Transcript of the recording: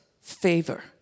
favor